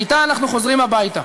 ואִתה אנחנו חוזרים הביתה.